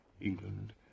England